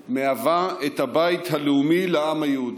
הבית הלאומי לעם היהודי.